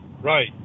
Right